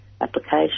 application